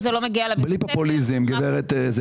בלי פופוליזם, גברת.